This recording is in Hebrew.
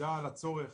מעידה על הצורך